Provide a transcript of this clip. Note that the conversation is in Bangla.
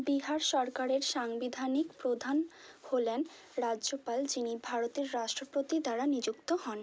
বিহার সরকারের সাংবিধানিক প্রধান হলেন রাজ্যপাল যিনি ভারতের রাষ্ট্রপতি দ্বারা নিযুক্ত হন